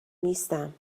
نیستم